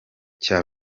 cya